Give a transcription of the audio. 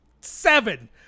Seven